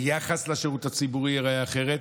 היחס לשירות הציבורי ייראה אחרת,